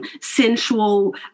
sensual